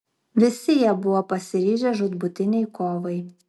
visi jie buvo pasiryžę žūtbūtinei kovai